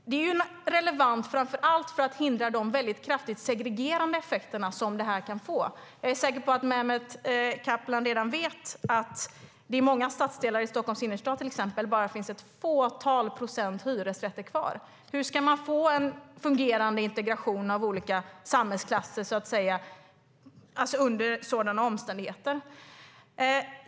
Detta är relevant framför allt för att hindra de väldigt segregerande effekter som det här kan få. Jag är säker på att Mehmet Kaplan redan vet att det i många stadsdelar i till exempel Stockholms innerstad bara finns ett fåtal procent hyresrätter kvar. Hur ska man få en fungerande integration av olika samhällsklasser under sådana omständigheter?